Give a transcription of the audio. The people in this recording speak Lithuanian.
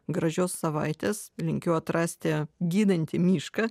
gražios savaitės linkiu atrasti gydantį mišką